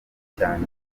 cyane